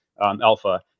alpha